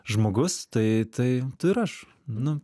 žmogus tai tai tu ir aš nu